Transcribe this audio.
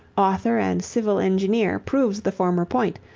author and civil engineer proves the former point,